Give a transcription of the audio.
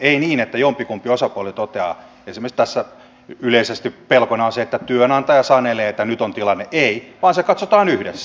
ei niin että jompikumpi osapuoli toteaa esimerkiksi tässä yleisesti pelkona on se että työnantaja sanelee että nyt on tilanne vaan se katsotaan yhdessä